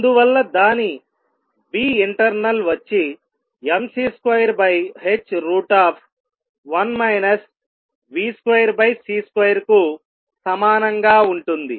అందువల్ల దాని internal వచ్చి mc2h1 v2c2 కు సమానంగా ఉంటుంది